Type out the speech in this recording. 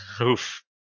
Oof